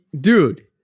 dude